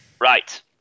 Right